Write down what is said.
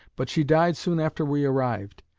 but she died soon after we arrived,